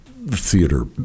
Theater